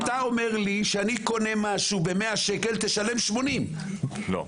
אתה אומר לי כשאני קונה משהו ב-100 שקלים: תשלם 80. לא.